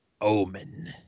omen